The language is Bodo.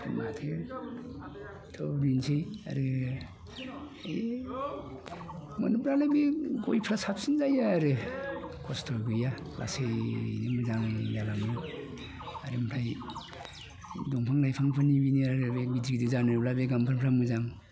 माथो थ' बेनोसै आरो मोनब्लालाय बे गयफ्रा साबसिन जायो आरो खस्थ' गैया लासैनो मोजां जालाङो फारि फारि दंफां लाइफां फोरनिया बेनो आरो मिथिं जानोब्ला बे गामबारिफ्रा मोजां